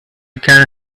can